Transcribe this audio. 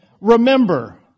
Remember